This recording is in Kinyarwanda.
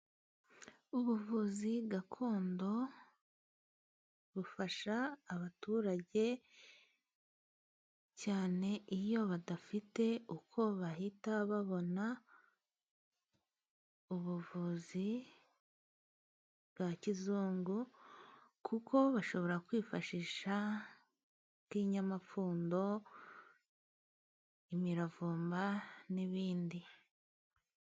Ubuvuzi gakondo bufasha abaturage cyane iyo badafite uko bahita babona ubuvuzi bwa kizungu, kuko bashobora kwifashisha ubw'inyamapfundo, imiravumba n'ibindi.